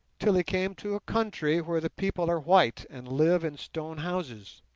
till he came to a country where the people are white and live in stone houses.